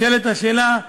נשאלת השאלה,